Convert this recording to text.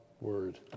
word